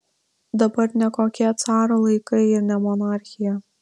dabar ne kokie caro laikai ir ne monarchija